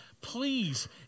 please